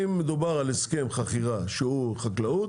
אם מדובר על הסכם חכירה שהוא חקלאות,